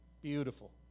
beautiful